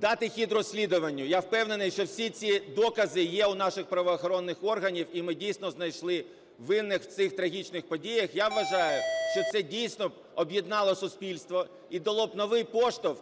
дати хід розслідуванню. Я впевнений, що всі ці докази є у наших правоохоронних органах, і ми, дійсно, знайшли винних в цих трагічних подіях. Я вважаю, що це, дійсно, об'єднало б суспільство і дало б новий поштовх